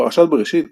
פרשת בראשית